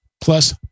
plus